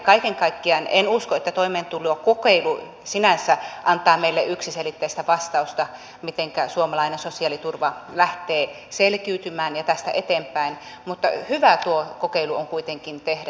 kaiken kaikkiaan en usko että toimeentulokokeilu sinänsä antaa meille yksiselitteistä vastausta siihen mitenkä suomalainen sosiaaliturva lähtee selkiytymään ja tästä eteenpäin mutta hyvä tuo kokeilu on kuitenkin tehdä